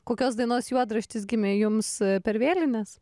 kokios dainos juodraštis gimė jums per vėlines